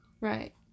right